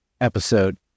episode